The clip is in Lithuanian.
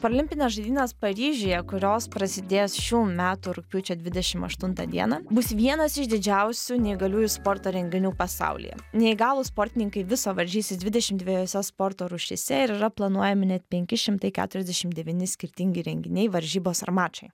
paralimpinės žaidynės paryžiuje kurios prasidės šių metų rugpjūčio dvidešim aštuntą dieną bus vienas iš didžiausių neįgaliųjų sporto renginių pasaulyje neįgalūs sportininkai viso varžysis dvidešim dviejose sporto rūšyse ir yra planuojami net penki šimtai keturiasdešim devyni skirtingi renginiai varžybos ar mačai